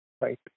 Right